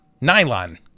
Nylon